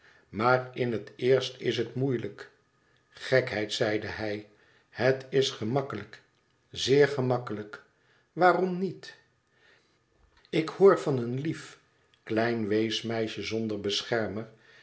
maar in het eerst is het moeielijk gekheid zeide hij het is gemakkelijk zeer gemakkelijk waarom niet ik hoor van een lief klein weesmeisje zonder beschermer